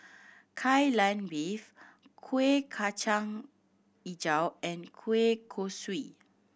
Kai Lan Beef Kuih Kacang Hijau and kueh kosui